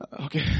Okay